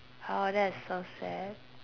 ah that's so sad